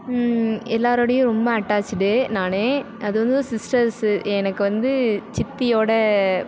எல்லாரோடையும் ரொம்ப அட்டாச்சிடு நான் அது வந்து சிஸ்டர்ஸ்ஸு எனக்கு வந்து சித்தியோடய